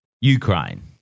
Ukraine